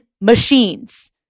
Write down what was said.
machines